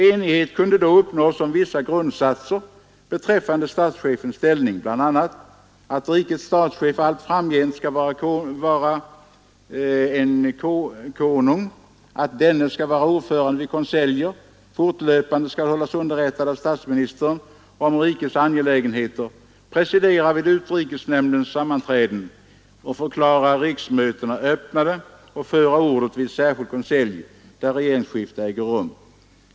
Enighet kunde då uppnås om vissa grundsatser beträffande statschefens ställning, bl.a. att rikets statschef allt framgent skall vara en konung, att denne skall vara ordförande vid konseljer, fortlöpande skall hållas underrättad av statsministern om rikets angelägenheter, presidera vid utrikesnämndens sammanträden, förklara riksmötena öppnade och föra ordet vid särskild konselj när regeringsskifte äger rum.